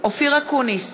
אופיר אקוניס,